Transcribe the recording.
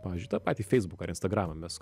pavyzdžiui tą patį feisbuką ar instagramą mes